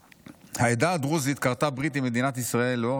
"העדה הדרוזית כרתה ברית עם מדינת ישראל לאור